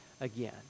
again